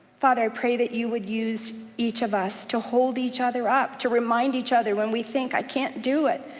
father i pray that you would use each of us to hold each other up, to remind each other when we think i can't do it,